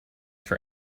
for